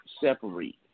separate